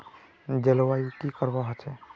जलवायु की करवा होचे?